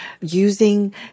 using